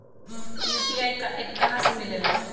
UPI का app कहा से मिलेला?